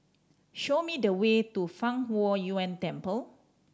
show me the way to Fang Huo Yuan Temple